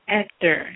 actor